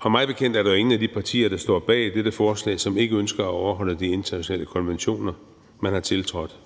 og mig bekendt er der ingen af de partier, der står bag dette forslag, som ikke ønsker at overholde de internationale konventioner, man har tiltrådt.